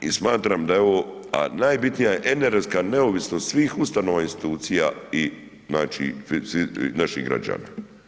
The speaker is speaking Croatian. I smatram da je ovo, a najbitnija je energetska neovisnost svih ustanova i institucija i znači naših građana.